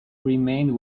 remained